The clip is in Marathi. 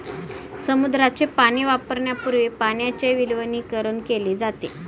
समुद्राचे पाणी वापरण्यापूर्वी पाण्याचे विलवणीकरण केले जाते